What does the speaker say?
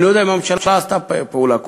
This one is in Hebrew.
אני לא יודע אם הממשלה עשתה פעולה כלשהי,